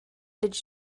did